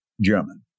German